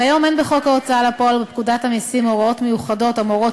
כיום אין בחוק ההוצאה לפועל ופקודת המסים הוראות מיוחדות המורות